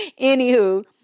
Anywho